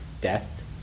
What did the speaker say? death